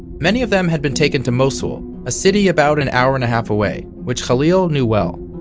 many of them had been taken to mosul, a city about an hour-and-a-half away, which khalil knew well.